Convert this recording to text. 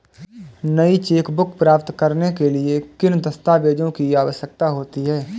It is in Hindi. नई चेकबुक प्राप्त करने के लिए किन दस्तावेज़ों की आवश्यकता होती है?